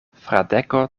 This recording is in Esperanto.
fradeko